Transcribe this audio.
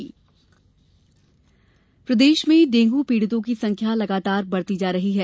डेंग् प्रदेश में डेंगू पीड़ितों की संख्या लगातार बढ़ती जा रही है